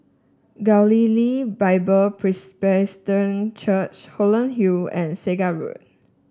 Galilee Bible Presbyterian Church Holland Hill and Segar Road